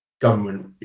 government